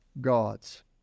gods